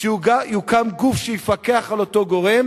שיוקם גוף שיפקח על אותו גורם.